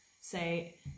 say